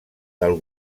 del